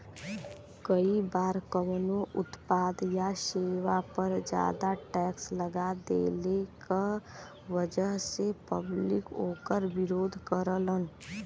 कई बार कउनो उत्पाद या सेवा पर जादा टैक्स लगा देहले क वजह से पब्लिक वोकर विरोध करलन